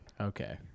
Okay